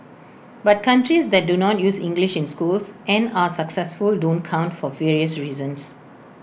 but countries that do not use English in schools and are successful don't count for various reasons